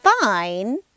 fine